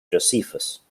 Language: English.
josephus